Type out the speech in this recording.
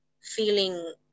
feeling